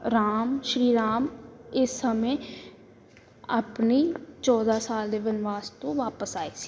ਰਾਮ ਸ਼੍ਰੀ ਰਾਮ ਇਸ ਸਮੇਂ ਆਪਣੀ ਚੌਦਾਂ ਸਾਲ ਦੇ ਬਨਵਾਸ ਤੋਂ ਵਾਪਸ ਆਏ ਸੀ